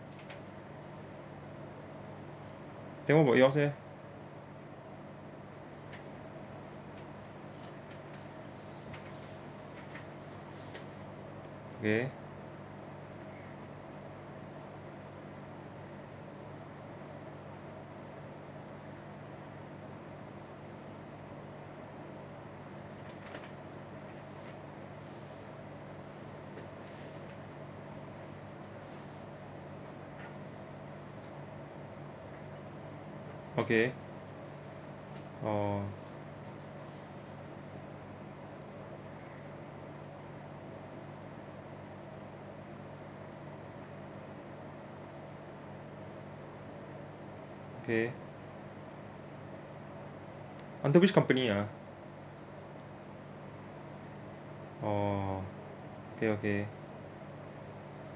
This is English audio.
then what about yours leh okay okay oh okay under which company ah oh okay okay